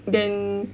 then